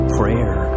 prayer